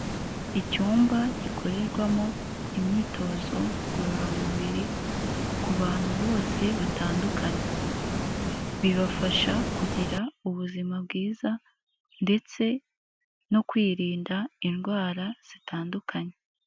Icyumba gikorerwamo imyitozo ngororamubiri ku bantu bose batandukanye, bibafasha kugira ubuzima bwiza ndetse no kwirinda indwara zitandukanye.